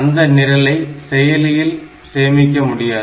அந்த நிரலை செயலியில் சேமிக்க முடியாது